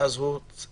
ואז הוא נזקק